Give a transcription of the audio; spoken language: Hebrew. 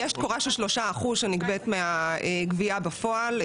יש תקורה של 3% שניגבת מהגבייה בפועל.